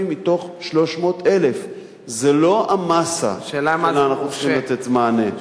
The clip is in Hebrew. מתוך 300,000. זה לא המאסה שלה אנחנו צריכים לתת מענה.